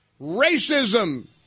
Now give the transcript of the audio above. Racism